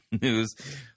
News